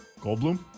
Goldblum